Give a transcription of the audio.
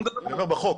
אני אומר בחוק.